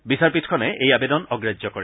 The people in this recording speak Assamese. বিচাৰপীঠখনে এই আবেদন অগ্ৰাহ্য কৰে